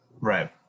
right